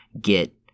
get